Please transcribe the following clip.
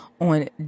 on